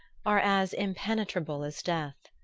are as impenetrable as death.